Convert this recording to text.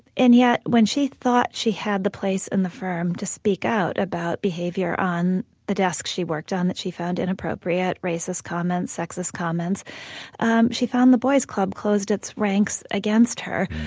and yet when she thought she had the place in the firm to speak out about behavior on the desk she worked on that she found inappropriate racist comments, sexist comments and she found the boys' club closed its ranks against her.